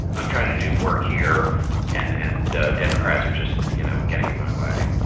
i'm trying to do work here and and democrats are just, you know, getting in my way